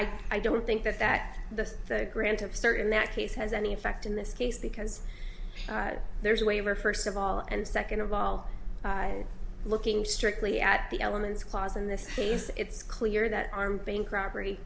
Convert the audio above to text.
idea i don't think that that the grant of start in that case has any effect in this case because there's a waiver first of all and second of all looking strictly at the elements clause in this case it's clear that armed bank robbery